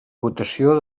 votació